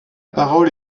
parole